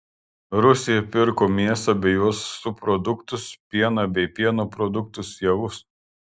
rusija pirko mėsą bei jos subproduktus pieną bei pieno produktus javus